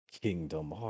Kingdom